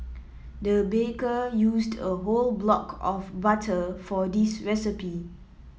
the baker used a whole block of butter for this recipe